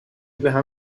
بهم